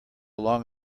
long